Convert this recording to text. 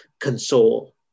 console